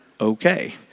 okay